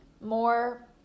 more